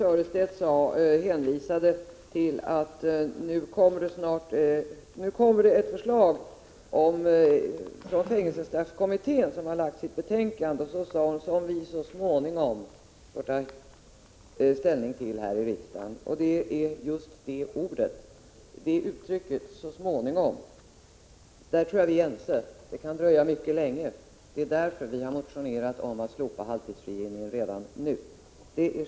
Fru talman! Helt kort: Birthe Sörestedt hänvisade till att fängelsestraffkommittén har avlämnat sitt betänkande och att vi ”så småningom” får ta ställning till ett förslag här i riksdagen. Det gäller just uttrycket ”så småningom”. På den punkten tror jag vi är ense — det kan dröja mycket länge. Det är därför som vi har motionerat om att slopa halvtidsfrigivningen redan nu.